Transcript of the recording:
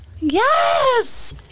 Yes